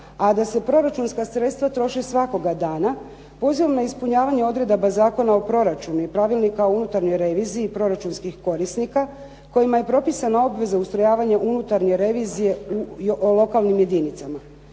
a da se proračunska sredstva troše svakoga dana, pozivom na ispunjavanje odredaba Zakona o proračunu i Pravilnika o unutarnjoj reviziji i proračunskih korisnika kojima je propisana obveza ustrojavanja unutarnje revizije u lokalnim jedinicama.